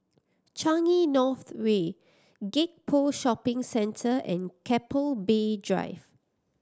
Changi North Way Gek Poh Shopping Centre and Keppel Bay Drive